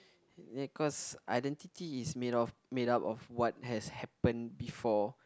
cause identity is made of made up of what has happen before